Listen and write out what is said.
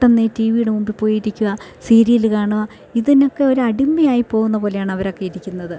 ട്ടെന്നീ ടി വിയുടെ മുൻപു പോയിരിക്കാൻ സീരിയൽ കാണുവാൻ ഇതിനൊക്കൊരടിമയായി പോകുന്ന പോലെയാണവരൊക്കെ ഇരിക്കുന്നത്